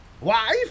Wife